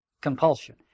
compulsion